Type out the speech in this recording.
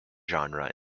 genre